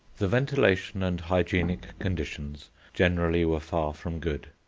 the ventilation and hygienic conditions generally were far from good,